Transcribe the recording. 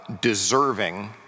deserving